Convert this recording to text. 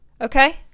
okay